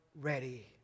ready